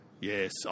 Yes